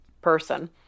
person